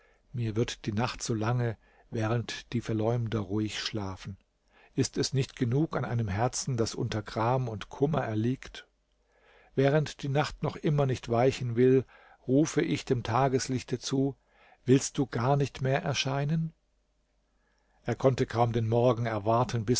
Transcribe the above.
mir wird die nacht so lange während die verleumder ruhig schlafen ist es nicht genug an einem herzen das unter gram und kummer erliegt während die nacht noch immer nicht weichen will rufe ich dem tageslichte zu willst du gar nicht mehr erscheinen er konnte kaum den morgen erwarten